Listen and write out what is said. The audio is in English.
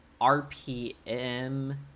RPM